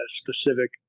specific